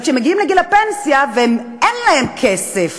אבל כשמגיעים לגיל הפנסיה, ואין להם כסף